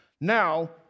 Now